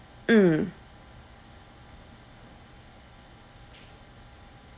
mm